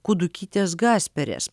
kudukytės gasperės